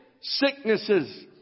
sicknesses